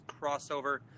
crossover